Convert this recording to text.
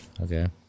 Okay